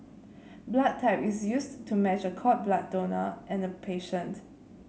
blood type is used to match a cord blood donor and a patient